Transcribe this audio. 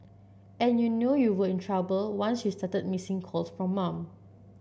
and you know you were in trouble once you started missing calls from mum